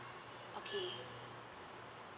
okay